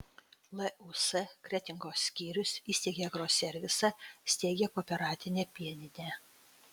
lūs kretingos skyrius įsteigė agroservisą steigia kooperatinę pieninę